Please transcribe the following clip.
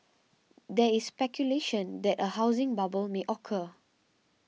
there is speculation that a housing bubble may occur